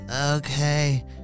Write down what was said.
Okay